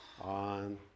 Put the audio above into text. on